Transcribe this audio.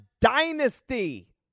dynasty